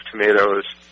tomatoes